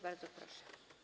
Bardzo proszę.